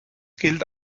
gilt